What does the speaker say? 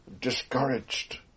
discouraged